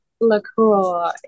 LaCroix